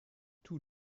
tous